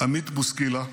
עמית בוסקילה,